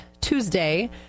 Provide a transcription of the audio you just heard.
Tuesday